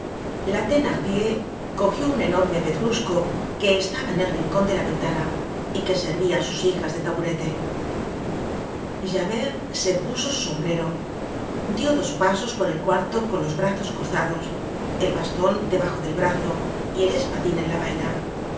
la thenardier cogió un enorme pedrusco que estaba en el rincon de la ventana y que servia á sus hijas de taburete content from google book search generated at javert se puso su sombrero dió dos pasos por el cuarto con los brazos cruzados el baston debajo del brazo y el espadin en la vaina